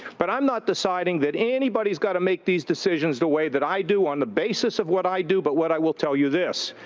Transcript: but i'm not deciding that anybody's got to make these decisions the way that i do, on the basis of what i do. but what i will tell you this.